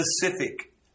specific